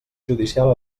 judicial